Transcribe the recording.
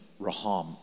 raham